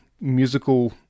musical